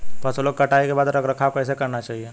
फसलों की कटाई के बाद रख रखाव कैसे करना चाहिये?